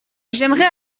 j’aimerais